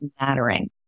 mattering